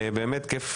באמת כיף.